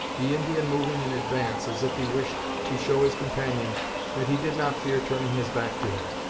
the indian moving in advance, as if he wished to show his companion that he did not fear turning his back to him.